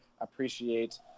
appreciate